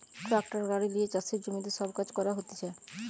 tractor গাড়ি লিয়ে চাষের জমিতে সব কাজ করা হতিছে